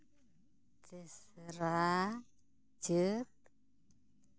ᱛᱮᱥᱨᱟ ᱪᱟᱹᱛ